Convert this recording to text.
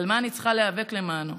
על מה אני צריכה להיאבק למענו.